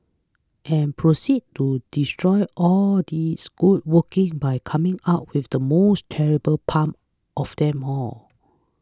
and proceeded to destroy all its good working by coming up with the most terrible pun of them all